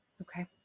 Okay